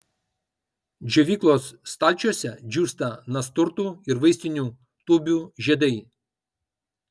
džiovyklos stalčiuose džiūsta nasturtų ir vaistinių tūbių žiedai